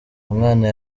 umwana